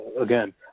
again